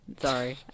Sorry